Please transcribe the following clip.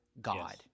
God